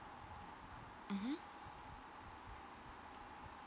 mmhmm